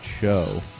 show